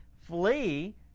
flee